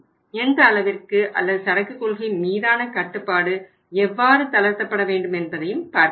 எந்த அளவிற்கு அல்லது சரக்கு கொள்கை மீதான கட்டுப்பாடு எவ்வாறு தளர்த்தப்பட வேண்டும் என்பதையும் பார்க்க வேண்டும்